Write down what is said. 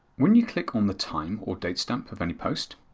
when you click on the time or date stamp of any post,